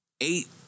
eight